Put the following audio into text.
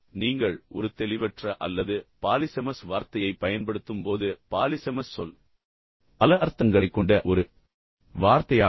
நீங்கள் ஒரு தெளிவற்ற அல்லது பாலிசெமஸ் வார்த்தையைப் பயன்படுத்தும்போது பாலிசெமஸ் சொல் பல அர்த்தங்களைக் கொண்ட ஒரு வார்த்தையாகும்